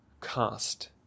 cast